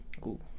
Cool